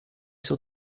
seu